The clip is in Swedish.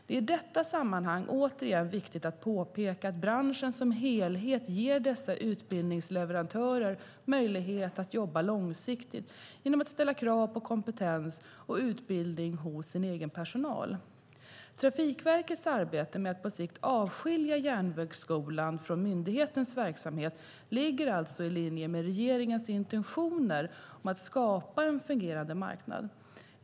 Det är i detta sammanhang återigen viktigt att påpeka att branschen som helhet ger dessa utbildningsleverantörer möjlighet att jobba långsiktigt genom att ställa krav på kompetens och utbildning hos sin egen personal. Trafikverkets arbete med att på sikt avskilja Järnvägsskolan från myndighetens verksamhet ligger alltså i linje med regeringens intentioner om att skapa en fungerande marknad.